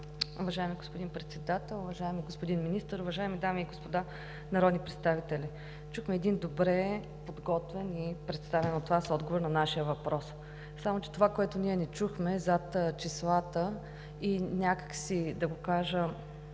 Уважаеми господин Председател, уважаеми господин Министър, уважаеми дами и господа народни представители! Чухме един добре подготвен и представен от Вас отговор на нашия въпрос. Само че това, което ние не чухме, зад числата и някак си да го кажа,